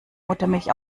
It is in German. muttermilch